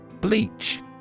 Bleach